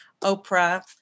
Oprah